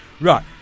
Right